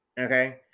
Okay